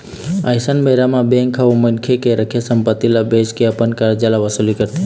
अइसन बेरा म बेंक ह ओ मनखे के रखे संपत्ति ल बेंच के अपन करजा के वसूली करथे